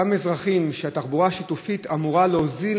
אותם אזרחים שהתחבורה השיתופית אמורה להוזיל